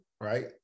right